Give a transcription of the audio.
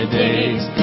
days